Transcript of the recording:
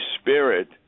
Spirit